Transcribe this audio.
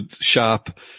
shop